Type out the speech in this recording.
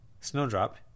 Snowdrop